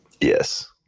Yes